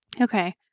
Okay